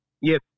Yes